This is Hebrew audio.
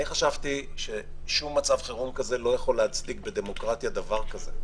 אני חשבתי ששום מצב חירום לא יכול להצדיק בדמוקרטיה דבר כזה.